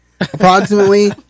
approximately